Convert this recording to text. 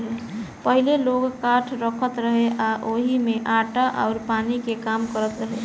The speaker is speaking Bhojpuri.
पहिले लोग काठ रखत रहे आ ओही में आटा अउर पानी के काम करत रहे